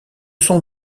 sont